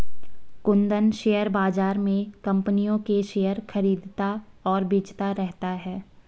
Kundan share बाज़ार में कम्पनियों के शेयर खरीदता और बेचता रहता है